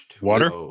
Water